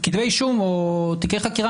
כתבי אישום או תיקי חקירה,